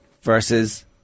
versus